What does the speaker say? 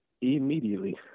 immediately